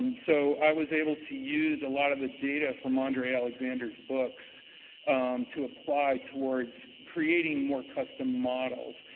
um so, i was able to use a lot of the data from andre alexander's books to apply towards creating more custom models.